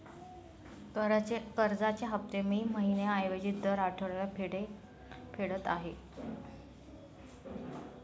कर्जाचे हफ्ते मी महिन्या ऐवजी दर आठवड्याला फेडत आहे